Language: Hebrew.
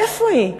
איפה היא?